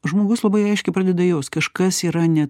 žmogus labai aiškiai pradeda jaust kažkas yra ne